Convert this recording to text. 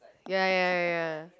ya ya ya